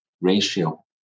ratio